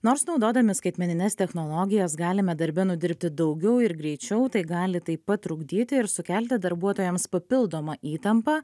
nors naudodami skaitmenines technologijas galime darbe nudirbti daugiau ir greičiau tai gali taip pat trukdyti ir sukelti darbuotojams papildomą įtampą